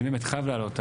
אני באמת חייב לעלות.